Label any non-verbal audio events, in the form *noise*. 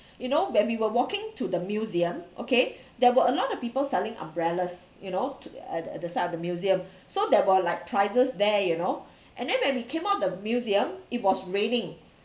*breath* you know when we were walking to the museum okay *breath* there were a lot of people selling umbrellas you know to at the at the start of the museum *breath* so there were like prices there you know *breath* and then when we came out the museum it was raining